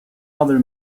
other